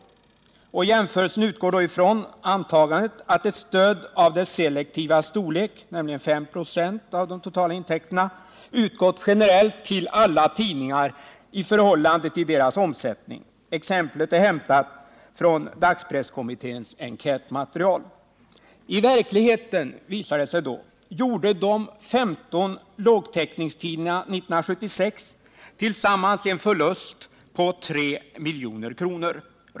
Jämförelsen görs från antagandet att ett stöd av det selektivas storlek, nämligen 5 96 av de totala intäkterna, har utgått generellt till alla tidningar i förhållande till deras omsättning. Exemplet är hämtat från dagspresskommitténs enkätmaterial. Det visar sig att i verkligheten gjorde de 15 lågtäckningstidningarna 1976 tillsammans en förlust på 3 milj.kr.